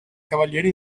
cavaliere